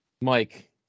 Mike